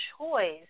choice